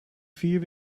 vier